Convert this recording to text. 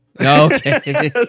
Okay